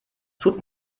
tut